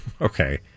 Okay